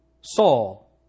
Saul